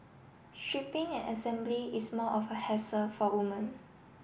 shipping and assembly is more of a hassle for woman